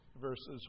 verses